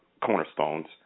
cornerstones